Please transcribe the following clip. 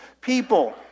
people